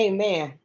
Amen